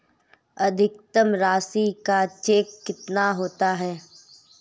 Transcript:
अधिकतम राशि का चेक कितना होता है?